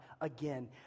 again